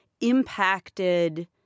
impacted –